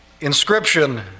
inscription